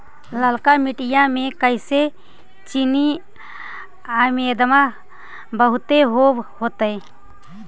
ललका मिट्टी मे तो चिनिआबेदमां बहुते होब होतय?